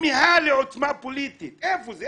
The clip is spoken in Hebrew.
הכמיהה לעוצמה פוליטית איפה זה?